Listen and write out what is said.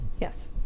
yes